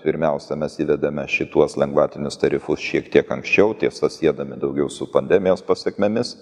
pirmiausia mes įdedame šituos lengvatinius tarifus šiek tiek anksčiau tiesa siedami daugiau su pandemijos pasekmėmis